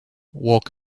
walk